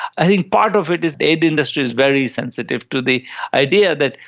i think part of it is the aid industry is very sensitive to the idea that,